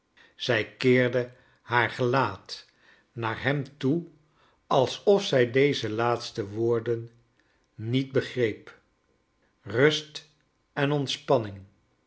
zij keerde haar gelaat naar hem toe alsof zij deze laatste woorden niet begreep kust en ontspanning